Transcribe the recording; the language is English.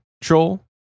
Troll